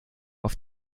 auf